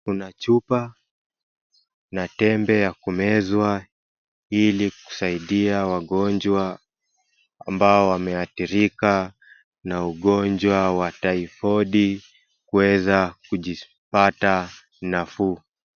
Kuna chupa na tembe ya kumezwa ili kusaidia wagonjwa ambao wameadhirika na ugonjwa wa typhoid kuweza kujipata nafuu.